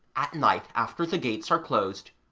at night after the gates are closed.